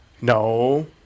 No